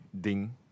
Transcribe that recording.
ding